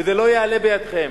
וזה לא יעלה בידכם.